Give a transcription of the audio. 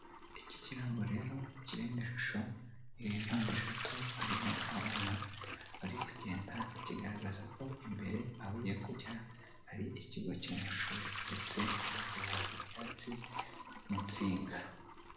Iki kirango rero kirimo ishusho ya mpande eshatu, harimo Abana bari kugenda. kigaragaza ko imbere hari ikigo cy'amashuri, ndetse hafi aho hari ibyatsi n'insinga.